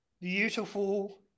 beautiful